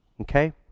okay